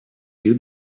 you